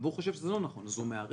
והוא חושב שזה לא נכון, אז הוא מערער.